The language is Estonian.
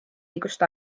õigust